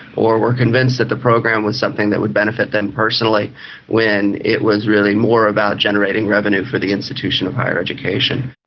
or were convinced that the program was something that would benefit them personally when it was really more about generating revenue for the institution of higher education.